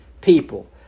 people